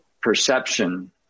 perception